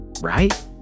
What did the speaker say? Right